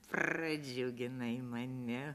pradžiuginai mane